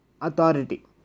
authority